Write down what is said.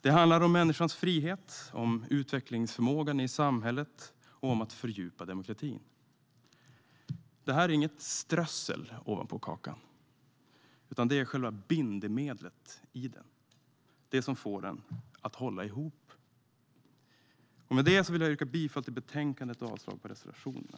Det handlar om människans frihet, utvecklingsförmågan i samhället och att fördjupa demokratin. Det är inget strössel ovanpå kakan utan det är själva bindemedlet i den, det som får den att hålla ihop. Med det yrkar jag bifall till utskottets förslag i betänkandet och avslag på reservationerna.